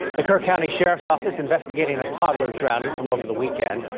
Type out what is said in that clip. the kerr county sheriff's office investigating a toddler drowning from over the weekend.